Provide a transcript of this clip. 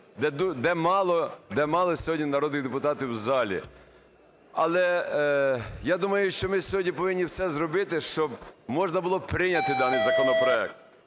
сьогодні народних депутатів у залі. Але я думаю, що ми сьогодні повинні все зробити, щоб можна було б прийняти даний законопроект.